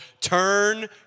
Turn